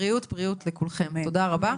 בריאות לכולכם, תודה רבה.